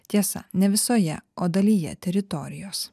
tiesa ne visoje o dalyje teritorijos